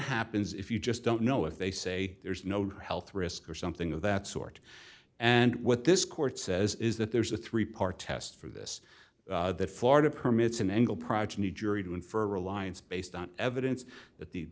happens if you just don't know if they say there's no health risk or something of that sort and what this court says is that there's a three part test for this that florida permits an engle progeny jury to infer reliance based on evidence that the